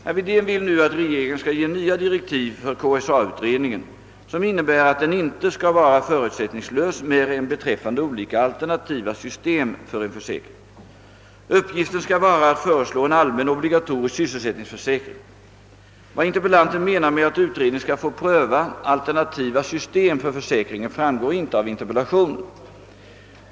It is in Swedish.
Herr Wedén vill nu att regeringen skall ge nya direktiv för KSA-utredningen, som innebär att den inte skall vara förutsättningslös mer än beträffande olika alternativa system för en försäkring. Uppgiften skall vara att föreslå en allmän obligatorisk sysselsättningsförsäkring. Vad interpellanten menar med att utredningen skall få pröva alternativa system för försäkringen framgår inte av interpellationen.